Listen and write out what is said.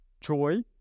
joy